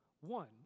One